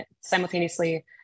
simultaneously